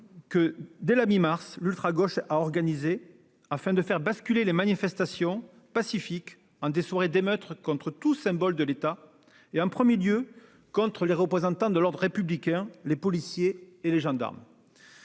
en oeuvre par l'ultragauche dès la mi-mars, afin de faire basculer des manifestations pacifiques en soirées d'émeute contre tout symbole de l'État et, en premier lieu, contre ces représentants de l'ordre républicain que sont les policiers et les gendarmes.